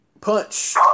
punch